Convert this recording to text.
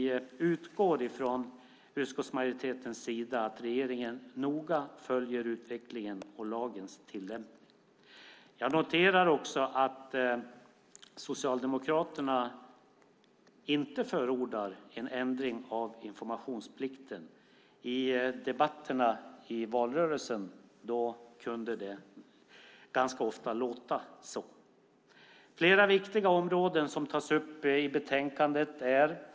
Utskottsmajoriteten utgår ifrån att regeringen noga följer utvecklingen och lagens tillämpning. Jag noterar att Socialdemokraterna inte förordar en ändring av informationsplikten. I debatterna i valrörelsen kunde det låta så. Flera viktiga områden tas upp i betänkandet.